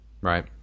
right